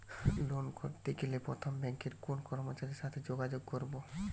Loan করতে গেলে প্রথমে ব্যাঙ্কের কোন কর্মচারীর সাথে যোগাযোগ করব?